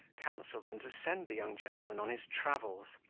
counselled them to send the young gentleman on his travels,